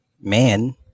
man